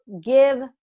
give